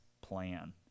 plan